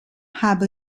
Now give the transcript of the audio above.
habe